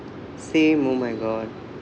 same oh my god